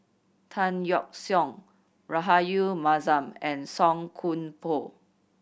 Tan Yeok Seong Rahayu Mahzam and Song Koon Poh